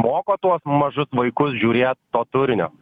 moko tuos mažus vaikus žiūrėt to turinio